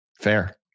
Fair